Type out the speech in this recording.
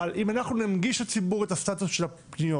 אבל אם אנחנו ננגיש לציבור את הסטטוס של הפניות,